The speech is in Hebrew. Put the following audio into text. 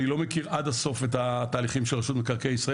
אני לא מכיר עד הסוף את התהליכים של רשות מקרקעי ישראל